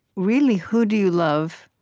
really, who do you love,